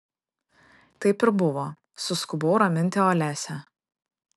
taip ir buvo suskubau raminti olesią